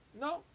No